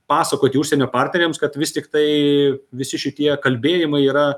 pasakoti užsienio partneriams kad vis tiktai visi šitie kalbėjimai yra